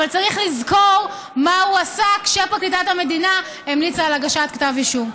אבל צריך לזכור מה הוא עשה כשפרקליטת המדינה המליצה על הגשת כתב אישום.